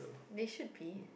they should be